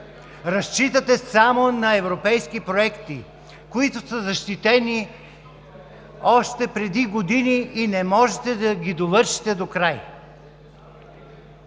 Разчитате само на европейски проекти, които са защитени още преди години и не можете да ги довършите докрай.